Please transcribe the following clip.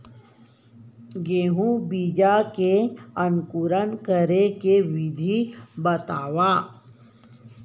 गेहूँ बीजा के अंकुरण करे के विधि बतावव?